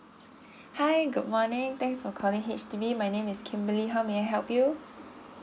hi good morning thanks for calling H_D_B my name is kimberly how may I help you